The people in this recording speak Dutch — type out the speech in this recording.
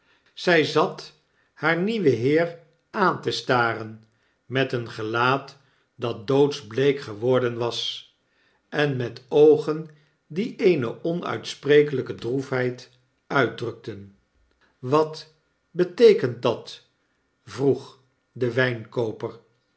zy zat haar nieuwen heer aan te staren met een gelaat dat doodsbleek geworden was en met oogen die eene onuitsprekelyke droefheid uitdrukten wat beteekent dat vroeg de